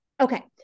Okay